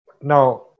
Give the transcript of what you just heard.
Now